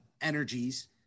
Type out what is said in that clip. energies